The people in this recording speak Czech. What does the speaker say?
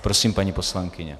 Prosím, paní poslankyně.